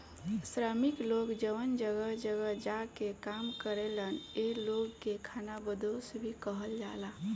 श्रमिक लोग जवन जगह जगह जा के काम करेलन ए लोग के खानाबदोस भी कहल जाला